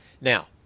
Now